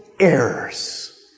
Errors